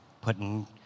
putting